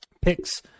picks